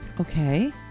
okay